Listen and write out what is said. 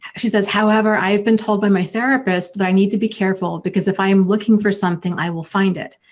she says however i have been told by my therapist that i need to be careful, because if i am looking for something i will find it.